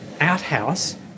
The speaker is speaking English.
outhouse